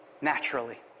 naturally